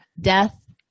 death